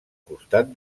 costat